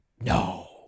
No